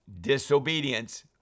disobedience